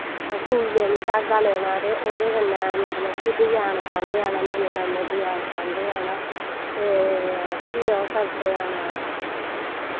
सूई लैनी धाग्गा लैना ते ओह्दे कन्नै डज़ैन पांदे जाना नमें नमें डज़ैन पांदे जाना ते फ्ही ओह् करदे जाना